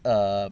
err